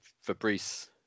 fabrice